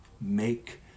make